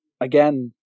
again